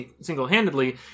single-handedly